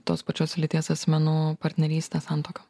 tos pačios lyties asmenų partnerystę santuoką